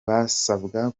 basabwa